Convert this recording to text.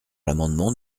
l’amendement